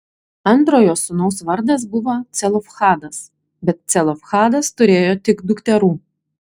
antrojo sūnaus vardas buvo celofhadas bet celofhadas turėjo tik dukterų